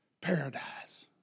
Paradise